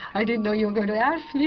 i didn't know you were going to ask me.